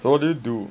what do you do